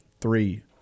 Three